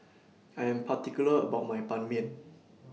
I Am particular about My Ban Mian